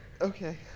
Okay